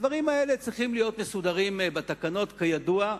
הדברים האלה צריכים להיות מסודרים בתקנות, כידוע.